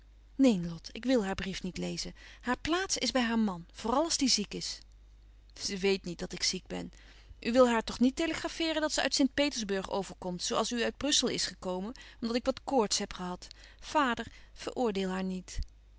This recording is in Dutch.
neen lot ik wil haar brief niet lezen haar plaats is bij haar man vooral als die ziek is ze weet niet dat ik ziek ben u wil haar toch niet telegrafeeren dat ze uit st petersburg overkomt zoo als u uit brussel is gekomen omdat ik wat koorts heb gehad vader veroordeel haar niet